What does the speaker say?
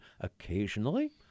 occasionally